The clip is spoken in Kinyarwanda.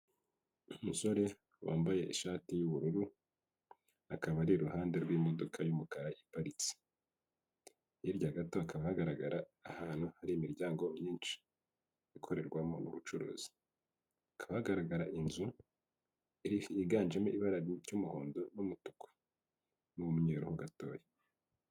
Umusore wambaye ishati y'ubururu akaba iruhande rw'imodoka y'umukara iparitse hirya gato hakaba hagaragara ahantu hari imiryango myinshi ikorerwamo ubucuruzi, hakaba hagaragara inzu yiganjemo ibara ry'umuhondo n'umutuku n'umweru ho gatoya.